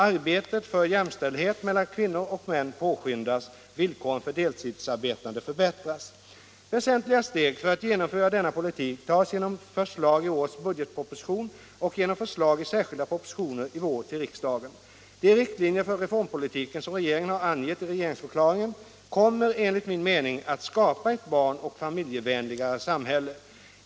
Arbetet för jämställdhet mellan kvinnor och män påskyndas. Villkoren för deltidsarbetande förbättras. Väsentliga steg för att genomföra denna politik tas genom förslag i årets budgetproposition och genom förslag i särskilda propositioner i vår till riksdagen. De riktlinjer för reformpolitiken som regeringen har angivit i regeringsförklaringen kommer enligt min mening att skapa ett barnoch familjevänligare samhälle.